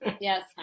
Yes